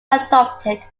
adopted